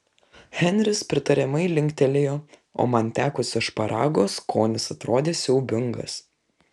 henris pritariamai linktelėjo o man tekusio šparago skonis atrodė siaubingas